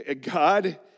God